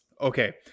Okay